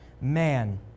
man